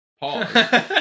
pause